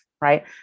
right